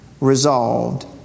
resolved